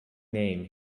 name